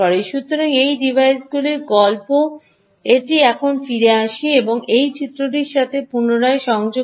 সুতরাং এই ডিভাইসগুলির গল্প এটি এখন ফিরে আসি এবং এই চিত্রটির সাথে পুনরায় সংযোগ করি